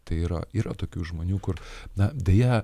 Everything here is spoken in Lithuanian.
tai yra yra tokių žmonių kur na deja